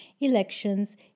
elections